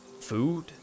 Food